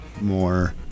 more